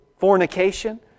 fornication